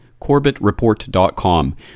CorbettReport.com